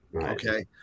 Okay